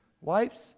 Wipes